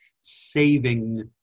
saving